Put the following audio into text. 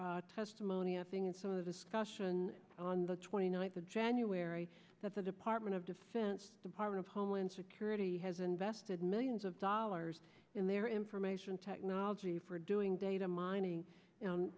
our testimony i think in some of the discussion on the twenty ninth of january that the department of defense department of homeland security has invested millions of dollars in their information technology for doing data mining a